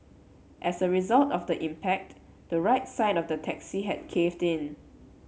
as a result of the impact the right side of the taxi had caved in